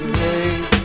late